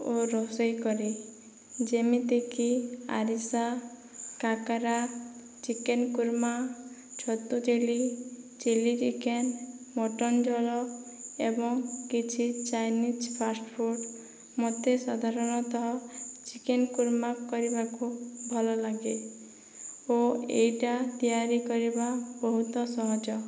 ଓ ରୋଷେଇକରେ ଯେମିତି କି ଆରିସା କାକରା ଚିକେନ କୁର୍ମା ଛତୁ ଚିଲି ଚିଲି ଚିକେନ ମଟନ ଝୋଳ ଏବଂ କିଛି ଚାଇନିଜ୍ ଫାଷ୍ଟଫୁଡ଼ ମୋତେ ସାଧାରଣତଃ ଚିକେନ କୁର୍ମା କରିବାକୁ ଭଲ ଲାଗେ ଓ ଏଇଟା ତିଆରି କରିବା ବହୁତ ସହଜ